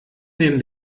neben